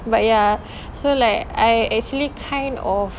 but ya so like I actually kind of